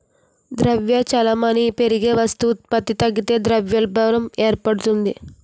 ద్రవ్య చలామణి పెరిగి వస్తు ఉత్పత్తి తగ్గితే ద్రవ్యోల్బణం ఏర్పడుతుంది